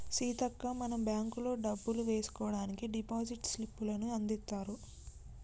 సీతక్క మనం బ్యాంకుల్లో డబ్బులు వేసుకోవడానికి డిపాజిట్ స్లిప్పులను అందిత్తారు